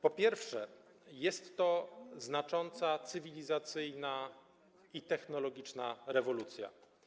Po pierwsze, jest to znacząca cywilizacyjna i technologiczna rewolucja.